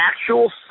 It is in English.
actual